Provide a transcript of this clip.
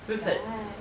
so it's like